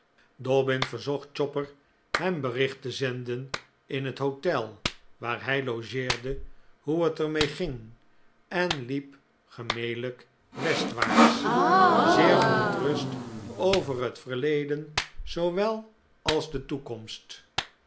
dobbin verzocht chopper hem bericht te zenden in het hotel waar hij logeerde hoe het er mee ging en liep gemelijk westwaarts zeer verontrust over het verleden zoowel als de toekomst